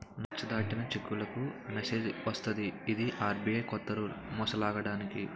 నచ్చ దాటిన చెక్కులకు మెసేజ్ వస్తది ఇది ఆర్.బి.ఐ కొత్త రూల్ మోసాలాగడానికి